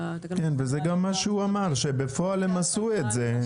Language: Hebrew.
וזה גם מה שהוא אמר, שבפועל הם עשו את זה.